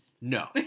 No